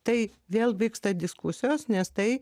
tai vėl vyksta diskusijos nes tai